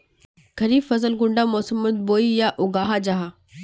खरीफ फसल कुंडा मोसमोत बोई या उगाहा जाहा?